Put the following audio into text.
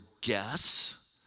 guess